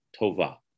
Tova